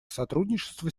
сотрудничество